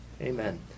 Amen